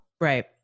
Right